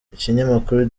ikinyamakuru